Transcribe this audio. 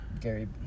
Gary